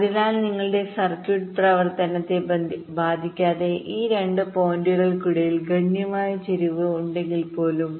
അതിനാൽ നിങ്ങളുടെ സർക്യൂട്ട് പ്രവർത്തനത്തെ ബാധിക്കാത്ത ഈ 2 പോയിന്റുകൾക്കിടയിൽ ഗണ്യമായ ചരിവ് ഉണ്ടെങ്കിൽ പോലും